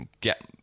get